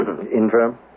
infirm